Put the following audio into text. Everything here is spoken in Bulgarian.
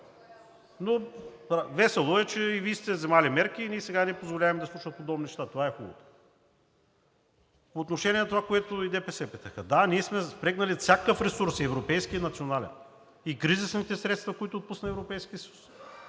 от ГЕРБ-СДС.) Вие сте взели мерки и ние сега не позволяваме да се случват подобни неща. Това е хубавото. По отношение на това, което и ДПС питаха. Да, ние сме впрегнали всякакъв ресурс – и европейски, и национален, и кризисните средства, които отпусна Европейският съюз.